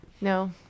No